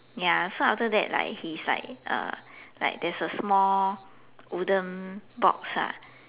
ya so after that like he's like like there's a small wooden box lah